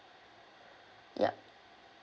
yup